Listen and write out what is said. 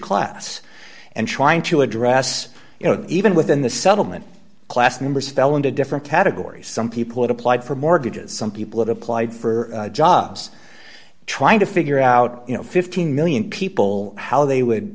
class and trying to address you know even within the settlement class members fell into different categories some people had applied for mortgages some people have applied for jobs trying to figure out you know fifteen million people how they would